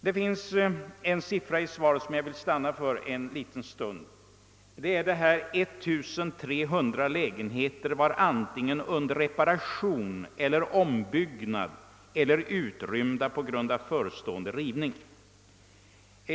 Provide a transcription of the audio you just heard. Det finns i svaret en siffra som jag gärna vill stanna något inför. Det säges där att 1300 lägenheter var antingen under reparation eller under ombyggnad eller utrymda på grund av förestående rivning.